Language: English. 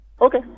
Okay